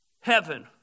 heaven